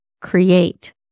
create